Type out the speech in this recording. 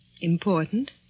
Important